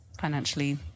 financially